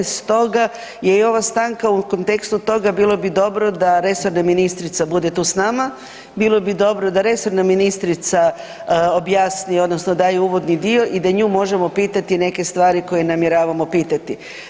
Stoga je i ova stanka u kontekstu toga, bilo bi dobro da resorna ministrica bude tu s nama, bilo bi dobro da resorna ministrica objasni odnosno daje uvodni dio i da nju možemo pitati neke stvari koje namjeravamo pitati.